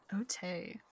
okay